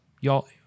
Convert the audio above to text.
y'all